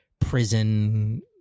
prison